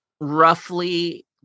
roughly